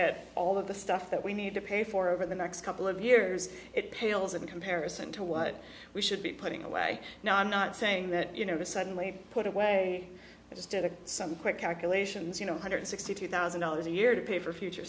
at all of the stuff that we need to pay for over the next couple of years it pales in comparison to what we should be putting away now i'm not saying that you know to suddenly put away i just did some quick calculations you know hundred sixty two thousand dollars a year to pay for future